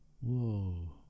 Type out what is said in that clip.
Whoa